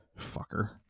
Fucker